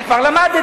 אני כבר למדתי,